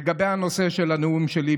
לגבי הנושא של הנאום שלי,